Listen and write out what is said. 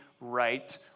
Right